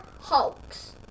Hulks